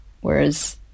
whereas